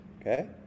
Okay